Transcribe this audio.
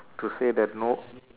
to say that no